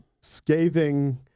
scathing